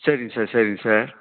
சரிங்க சார் சரிங்க சார்